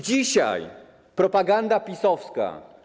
Dzisiaj propaganda PiS-owska.